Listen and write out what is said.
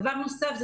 דבר נוסף,